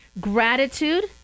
Gratitude